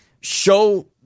show –